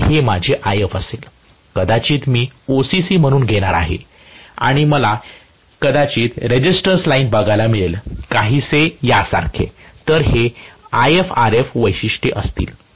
तर हे माझे If असेल कदाचित मी OCC म्हणून घेणार आहे आणि मला कदाचित रेझिस्टन्स लाइन बघायला मिळेल काहीसे यासारखे तर हे IfRf वैशिष्ट्ये असतील